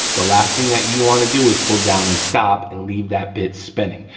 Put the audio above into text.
the last thing that you wanna do is pull down and stop and leave that bit spinning,